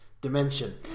dimension